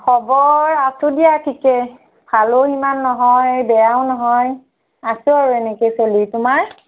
খবৰ আছোঁ দিয়া ঠিকে ভালো ইমান নহয় বেয়াও নহয় আছোঁ আৰু এনেকেই চলি তোমাৰ